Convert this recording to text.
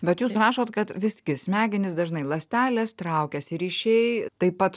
bet jūs rašot kad visgi smegenys dažnai ląstelės traukiasi ryšiai taip pat